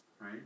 right